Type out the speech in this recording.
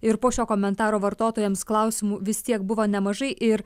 ir po šio komentaro vartotojams klausimų vis tiek buvo nemažai ir